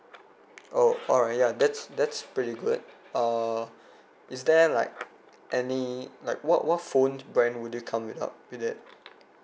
oh alright ya that's that's pretty good uh is there like any like what what phone brand would you come it up with it